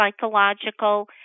psychological